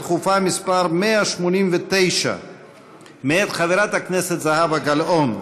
דחופה מס' 189 מאת חברת הכנסת זהבה גלאון.